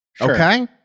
okay